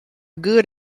good